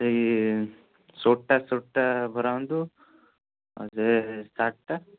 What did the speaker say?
ସେଇ ସୁଟ ଟା ସୁଟ ଟା ଭରାନ୍ତୁ ଆଉ ସେଇ ସାର୍ଟ୍ ଟା